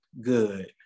good